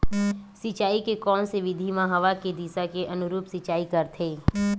सिंचाई के कोन से विधि म हवा के दिशा के अनुरूप सिंचाई करथे?